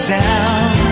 down